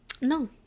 no